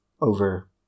over